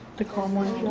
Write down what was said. the calm wind